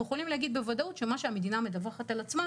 יכולים להגיד בוודאות שמה שהמדינה מדווחת על עצמה,